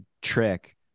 trick